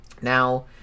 now